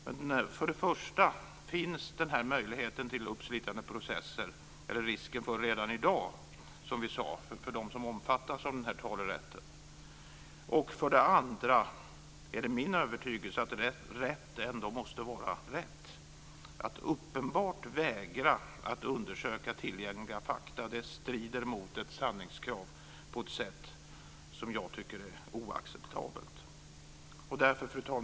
Men för det första finns risken för uppslitande processer redan i dag för dem som omfattas av talerätten. För det andra är det min övertygelse att rätt ändå måste vara rätt. Att uppenbart vägra att undersöka tillgängliga fakta strider mot ett sanningskrav på ett sätt som jag tycker är oacceptabelt. Fru talman!